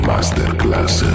Masterclass